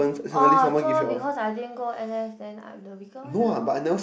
ah so because I didn't go N_S then I'm the weaker one lah hor